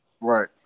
Right